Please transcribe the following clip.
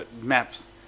maps